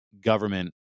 government